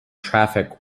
traffic